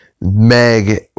meg